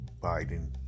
Biden